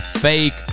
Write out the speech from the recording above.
fake